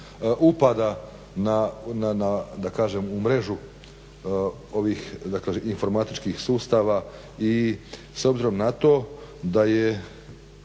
upada na, da kažem u mrežu ovih informatičkih sustava i s obzirom na to da je